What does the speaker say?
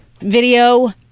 video